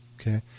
okay